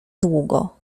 długo